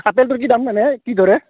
আপেলটোৰ কি দাম এনেই কি দৰে